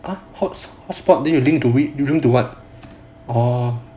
!huh! hot spot then you link link to what